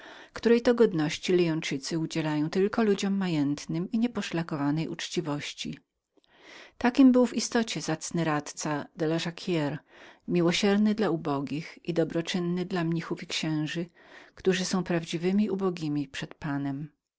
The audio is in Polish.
którą to godność lyończycy udzielają tylko ludziom majętnym i nieposzlakowanej uczciwości takim był w istocie zacny radca de la jacquire miłosierny dla ubogich i dobroczynny dla mnichów i księży którzy są prawdziwymi ubogimi przed panem